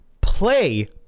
play